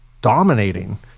dominating